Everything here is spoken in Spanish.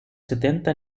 setenta